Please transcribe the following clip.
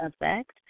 Effect